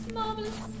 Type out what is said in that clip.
marvelous